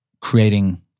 creating